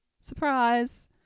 surprise